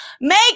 make